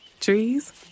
Trees